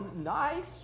Nice